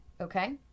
okay